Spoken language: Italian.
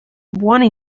buone